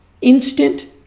instant